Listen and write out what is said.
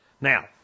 Now